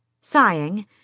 Sighing